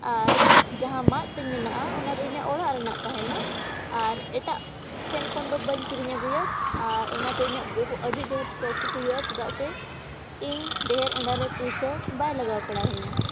ᱟᱨ ᱡᱟᱦᱟᱸ ᱢᱟᱫ ᱛᱤᱧ ᱢᱮᱱᱟᱜᱼᱟ ᱚᱱᱟ ᱫᱚ ᱤᱧᱟᱹᱜ ᱚᱲᱟᱜ ᱨᱮᱱᱟᱜ ᱛᱟᱦᱮᱱᱟ ᱟᱨ ᱮᱴᱟᱜ ᱴᱷᱮᱱ ᱠᱷᱚᱱ ᱫᱚ ᱵᱟᱹᱧ ᱠᱤᱨᱤᱧ ᱟᱹᱜᱩᱭᱟ ᱟᱨ ᱚᱱᱟ ᱫᱚ ᱤᱧᱟᱹᱜ ᱵᱚᱦᱩ ᱟᱹᱰᱤ ᱰᱷᱮᱨ ᱯᱨᱚᱯᱷᱤᱴ ᱦᱩᱭᱩᱜᱼᱟ ᱪᱮᱫᱟᱜ ᱥᱮ ᱤᱧ ᱰᱷᱮᱨ ᱚᱸᱰᱮᱨᱮ ᱯᱩᱭᱥᱟᱹ ᱵᱟᱭ ᱞᱟᱜᱟᱣ ᱯᱟᱲᱟᱣ ᱤᱧᱟ